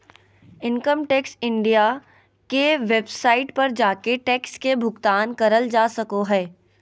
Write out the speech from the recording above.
income tax India के website पर जाके टैक्स के भुगतान करल जा सको हय